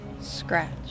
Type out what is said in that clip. Scratch